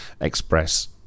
express